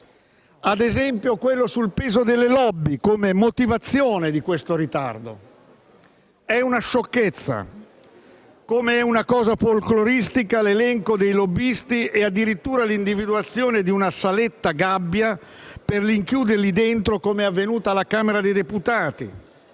ad esempio quello sul peso delle *lobby* come motivazione di questo ritardo. È una sciocchezza, come è folkloristico l'elenco dei lobbisti e addirittura l'individuazione di una saletta-gabbia dove rinchiuderli, come è avvenuto alla Camera dei deputati,